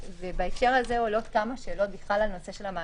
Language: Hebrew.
בהקשר הזה עולות כמה שאלות בכלל על הנושא של המעצרים,